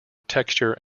texture